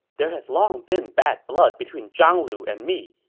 there has long been bad blood between zhang lu and me,